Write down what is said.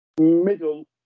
Middle